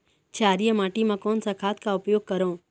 क्षारीय माटी मा कोन सा खाद का उपयोग करों?